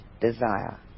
desire